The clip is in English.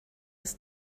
his